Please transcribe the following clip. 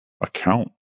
account